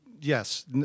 yes